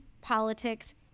politics